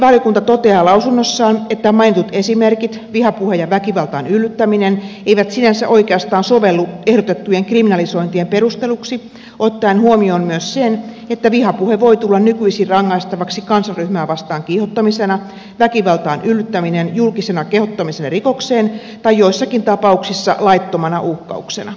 perustuslakivaliokunta toteaa lausunnossaan että mainitut esimerkit vihapuhe ja väkivaltaan yllyttäminen eivät sinänsä oikeastaan sovellu ehdotettujen kriminalisointien perusteluksi ottaen huomioon myös sen että vihapuhe voi tulla nykyisin rangaistavaksi kansanryhmää vastaan kiihottamisena väkivaltaan yllyttäminen julkisena kehottamisena rikokseen tai joissakin tapauksissa laittomana uhkauksena